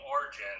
origin